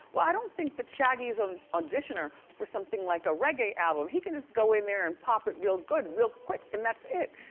well i don't think that shaggy is an um auditioner for something like a reggae album. he can just go in there and pop it real good, real quick and that's it,